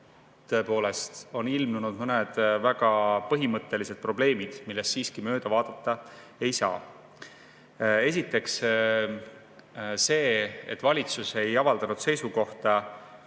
tõepoolest ilmnenud mõned väga põhimõttelised probleemid, millest siiski mööda vaadata ei saa. Esiteks see, et valitsus ei avaldanud seisukohta,